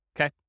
okay